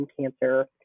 cancer